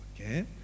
Okay